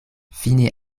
fine